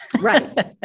Right